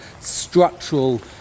structural